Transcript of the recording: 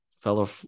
fellow